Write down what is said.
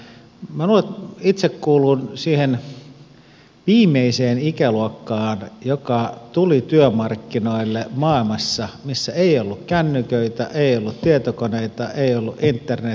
minä luulen että itse kuulun siihen viimeiseen ikäluokkaan joka tuli työmarkkinoille maailmassa missä ei ollut kännyköitä ei ollut tietokoneita ei ollut internetiä ei ollut sähköpostia